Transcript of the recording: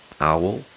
owl